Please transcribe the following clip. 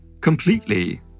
completely